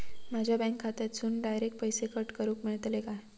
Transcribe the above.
माझ्या बँक खात्यासून डायरेक्ट पैसे कट करूक मेलतले काय?